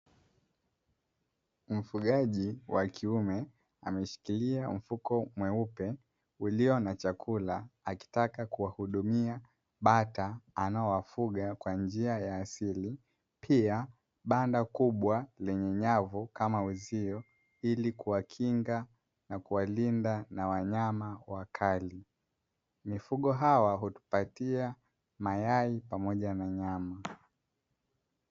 Mfugaji wa kiume ameshikilia mfuko mweupe ulio na chakula akitaka kuwahudumia bata anaowafuga kwa njia ya asili; pia banda kubwa lenye nyavu kama uzio ili kuwakinga na kuwalinda na wanyama wakali; mifugo hawa hutupatia mayai na nyama.